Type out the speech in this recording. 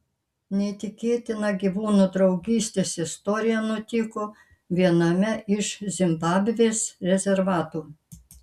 neįtikėtina gyvūnų draugystės istorija nutiko viename iš zimbabvės rezervatų